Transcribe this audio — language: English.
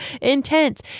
intense